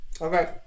Okay